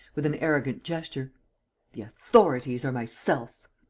with an arrogant gesture the authorities are myself!